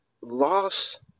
loss